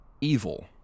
evil